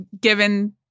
given